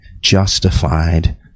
justified